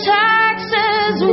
taxes